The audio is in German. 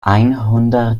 einhundert